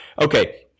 okay